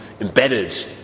embedded